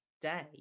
day